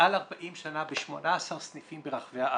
מעל 40 שנה ב-18 סניפים ברחבי הארץ.